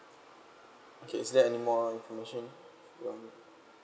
okay is there anymore information you want